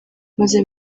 maze